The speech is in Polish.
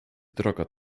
drogo